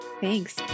Thanks